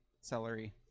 Celery